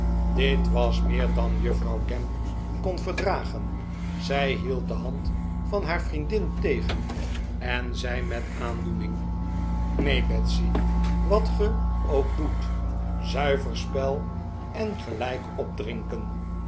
dit was meer dan juffrouw gamp kon verdragen zij hield de hand van haar vriendin tegen en zei met aandoening juffrguw gamp krijgt nieuw bezoek neen betsy wat ge ook doet zuiver spel en gelijk op